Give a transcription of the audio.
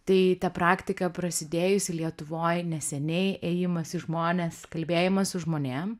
tai ta praktika prasidėjusi lietuvoj neseniai ėjimas į žmones kalbėjimas su žmonėm